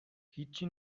هیچچی